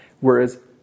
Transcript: Whereas